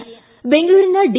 ಿ ಬೆಂಗಳೂರಿನ ಡಿ